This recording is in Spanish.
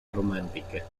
románica